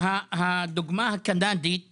הדוגמה הקנדית למשל,